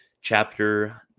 chapter